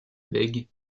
bègue